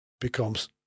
becomes